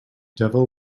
devil